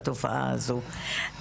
וכמה שיותר מהר.